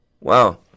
Wow